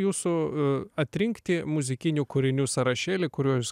jūsų atrinkti muzikinių kūrinių sąrašėlį kurio jūs